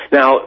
Now